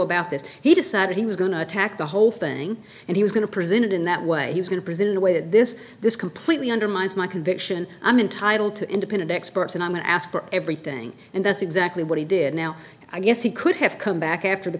about this he decided he was going to attack the whole thing and he was going to present it in that way he was going to present in a way that this this completely undermines my conviction i'm entitled to independent experts and i'm going to ask for everything and that's exactly what he did now i guess he could have come back after the